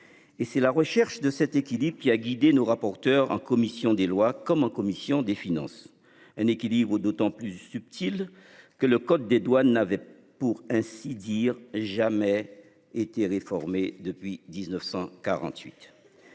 Et c'est la recherche de cet équilibre qui a guidé nos rapporteur en commission des lois comme en commission des finances un équilibre ou d'autant plus subtil que le code des douanes n'avait pour ainsi dire jamais été réformés depuis 1948.